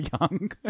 young